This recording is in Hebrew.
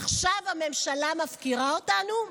עכשיו הממשלה מפקירה אותנו?